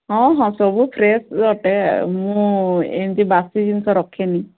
ହଁ ହଁ ସବୁ ଫ୍ରେସ୍ ଅଟେ ଆଉ ମୁଁ ଏମତି ବାସି ଜିନଷ ରଖେନି